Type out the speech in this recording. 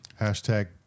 Hashtag